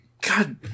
god